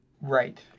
Right